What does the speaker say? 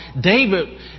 David